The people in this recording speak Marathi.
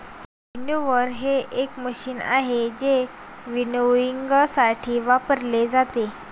विनओव्हर हे एक मशीन आहे जे विनॉयइंगसाठी वापरले जाते